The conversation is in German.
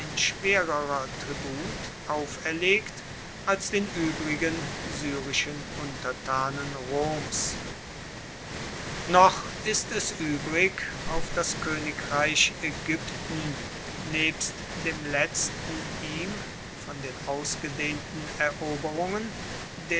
schwererer tribut auferlegt als den übrigen syrischen untertanen roms noch ist es übrig auf das königreich ägypten nebst dem letzten ihm von den ausgedehnten eroberungen